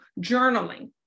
journaling